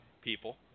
People